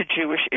Jewish